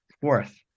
Fourth